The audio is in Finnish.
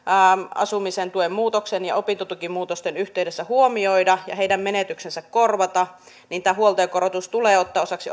asumistuen muutoksen ja opintotukimuutosten yhteydessä huomioida ja heidän menetyksensä korvata niin tämä huoltajakorotus tulee ottaa osaksi